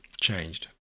changed